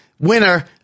winner –